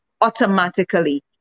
automatically